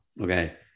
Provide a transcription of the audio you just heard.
Okay